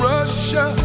Russia